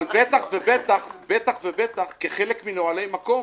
אבל בטח ובטח כחלק מנהלי מקום